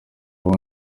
uba